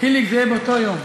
חיליק, זה יהיה באותו יום.